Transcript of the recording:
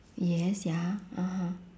yes ya (uh huh)